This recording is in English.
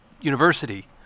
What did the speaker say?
university